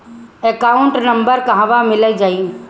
Account number कहवा लिखल जाइ?